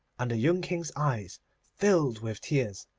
and the young king's eyes filled with tears,